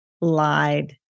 lied